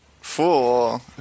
fool